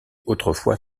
autrefois